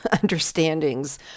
understandings